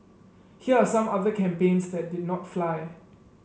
here are some other campaigns that did not fly